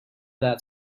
that